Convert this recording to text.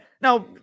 Now